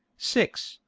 six.